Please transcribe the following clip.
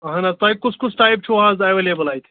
اہَن حظ تۄہہِ کُس کُس ٹایپ چھُ اَز ایویلیبٕل